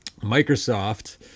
Microsoft